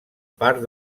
part